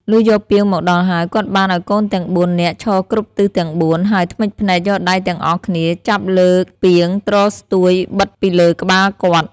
លុះយកពាងមកដល់ហើយ គាត់បានឲ្យកូនទាំង ៤ នាក់ឈរគ្រប់ទិសទាំងបួន ហើយធ្មេចភ្នែកយកដៃទាំងអស់គ្នាចាប់លើកពាងទ្រស្ទួយបិទពីលើក្បាលគាត់។